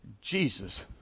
Jesus